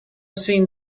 seen